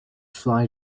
fly